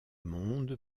monde